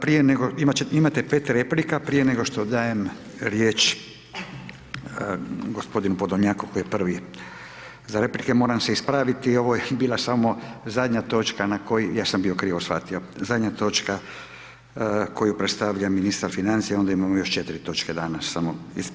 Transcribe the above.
Prije nego, ima ćete, imate 5 replika, prije nego što dajem riječ gospodin Podolnjak kolko je prvi za replike, moram se ispraviti ovo je bila samo zadnja točka na koji, ja sam bio krivo shvatio, zadnja točka koju predstavlja ministra financija onda imamo još 4 točke danas samo.